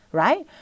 right